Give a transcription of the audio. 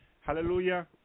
hallelujah